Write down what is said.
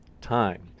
time